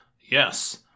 yes